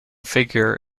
figure